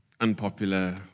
unpopular